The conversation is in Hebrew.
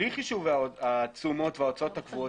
בלי חישובי התשומות וההוצאות הקבועות